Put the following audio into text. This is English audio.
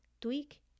tweak